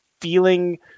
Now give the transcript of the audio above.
feeling